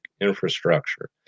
infrastructure